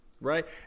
Right